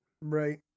Right